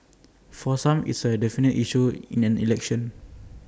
for some it's A definitive issue in an election